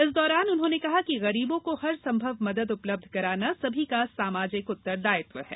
इस दौरान उन्होंने कहा कि गरीबों को हरसंभव मदद उपलब्ध कराना सभी का सामाजिक उत्तरदायित्व है